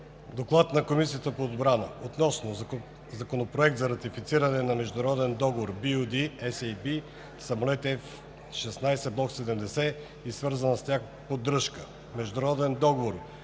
„ДОКЛАД на Комисията по отбрана относно Законопроект за ратифициране на международен договор BU-D-SAB „Самолети F-16 Block 70 и свързана с тях поддръжка“, международен договор